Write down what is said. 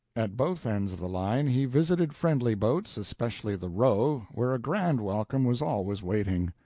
at both ends of the line he visited friendly boats, especially the roe, where a grand welcome was always waiting.